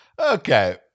Okay